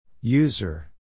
User